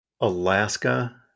Alaska